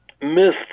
missed